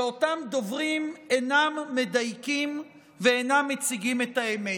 שאותם דוברים אינם מדייקים ואינם מציגים את האמת.